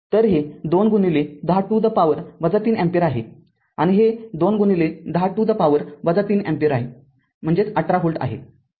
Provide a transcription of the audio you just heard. तर हे २१० to the power ३ ampere आहे आणि हे २१० to the power ३ ampere १८ volt आहे